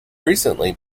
recently